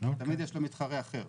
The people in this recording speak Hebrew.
תמיד יש לו מתחרה אחד,